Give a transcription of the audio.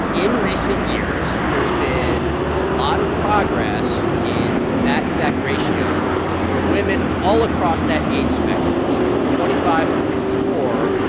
in recent years, there's been a lot of progress in that exact ratio for women all across that age spectrum. so from twenty five to fifty four,